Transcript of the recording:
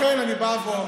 אז לכן אני בא ואומר.